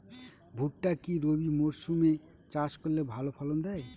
ভুট্টা কি রবি মরসুম এ চাষ করলে ভালো ফলন দেয়?